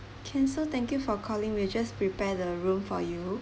K so thank you for calling we'll just prepare the room for you